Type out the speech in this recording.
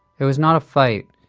it was not a fight,